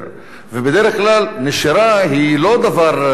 ובדרך כלל נשירה היא לא דבר טבעי,